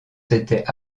s’était